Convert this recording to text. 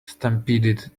stampeded